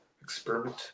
experiment